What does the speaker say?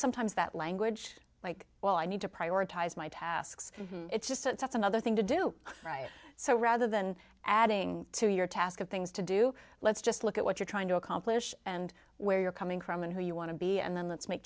sometimes that language like well i need to prioritize my tasks it's just it's another thing to do so rather than adding to your task of things to do let's just look at what you're trying to accomplish and where you're coming from and who you want to be and then let's make